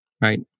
right